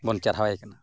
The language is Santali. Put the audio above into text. ᱵᱚᱱ ᱪᱟᱨᱦᱟᱣᱮ ᱠᱟᱱᱟ